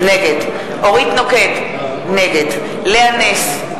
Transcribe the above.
נגד אורית נוקד, נגד לאה נס,